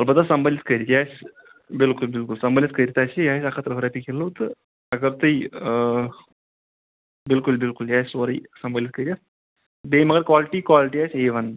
البَتہ سمبٲلِتھ کٔرتھ یہِ آسہِ بالکل بالکل سمبٲلِتھ کٔرتھ آسہِ یہِ یہِ آسہِ اکھ ہتھ ترٕٛہ رۄپیہِ کلوٗ تہٕ اگر تُہۍ آ بالکل بالکل یہِ آسہِ سورُے سمبٲلِتھ کٔرتھ بیٚیہِ مگر کالٹی کالٹی آسہِ اے ون